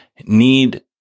need